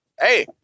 Hey